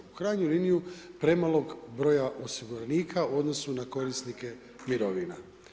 U krajnjoj liniji premalog broja osiguranika u odnosu na korisnike mirovina.